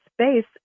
space